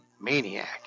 maniac